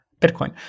Bitcoin